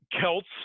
Celts